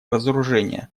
разоружения